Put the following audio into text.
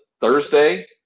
Thursday